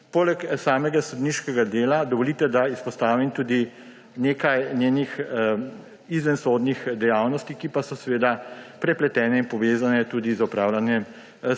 Poleg samega sodniškega dela, dovolite, da izpostavim tudi nekaj njenih izvensodnih dejavnosti, ki pa so seveda prepletene in povezane tudi z opravljanjem